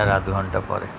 তার আধ ঘণ্টা পরে